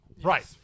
Right